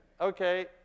okay